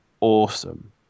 awesome